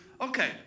Okay